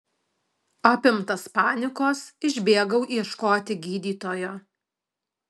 apimtas panikos išbėgau ieškoti gydytojo